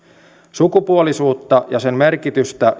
sukupuolisuutta sen merkitystä